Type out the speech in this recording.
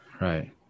Right